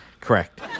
Correct